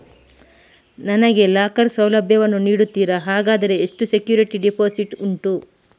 ನನಗೆ ಲಾಕರ್ ಸೌಲಭ್ಯ ವನ್ನು ನೀಡುತ್ತೀರಾ, ಹಾಗಾದರೆ ಎಷ್ಟು ಸೆಕ್ಯೂರಿಟಿ ಡೆಪೋಸಿಟ್ ಉಂಟು?